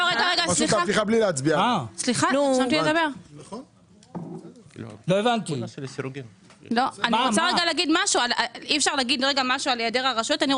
אנ רוצה לומר משהו על היעדר הרשויות.